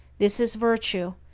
this is virtue,